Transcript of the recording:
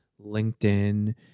LinkedIn